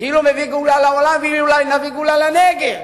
כאילו מביא גאולה לעולם, ואולי נביא גאולה לנגב.